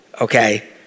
Okay